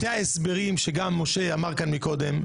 שני ההסברים שגם משה אמר מקודם,